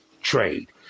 trade